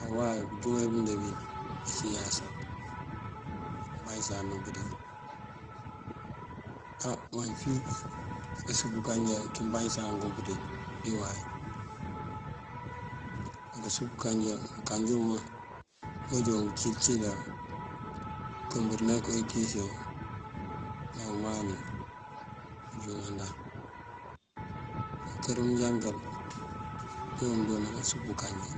Á uway bënjúŋar bíndee ací ayasa banyësanun pëndee. Á mafin usúup kanja kí banyësan kum pëndee dí uway. Kasúup kanja, kanja muwaŋ uwí banjon bacil cilan bënkëmbërin ná inko intíis yun ná umani bënjúŋadan. Mënkër mënjankal joon mëndoona kasúup kanja.